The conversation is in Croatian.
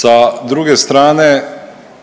Sa druge strane